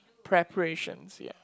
preparations ya